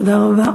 תודה רבה.